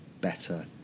better